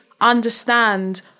understand